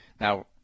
Now